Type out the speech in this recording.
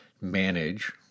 manage